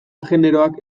generoak